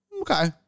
okay